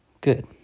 Good